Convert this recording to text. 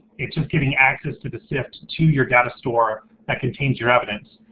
it's just giving access to the sift to your data store that contains your evidence.